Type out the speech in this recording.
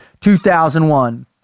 2001